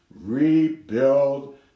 rebuild